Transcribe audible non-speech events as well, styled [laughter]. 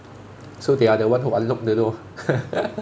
so they are the one who unlock the door [laughs]